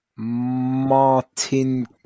Martin